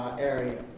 area.